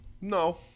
no